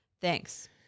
Thanks